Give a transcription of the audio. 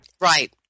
Right